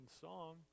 song